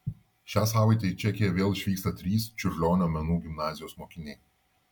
šią savaitę į čekiją vėl išvyksta trys čiurlionio menų gimnazijos mokiniai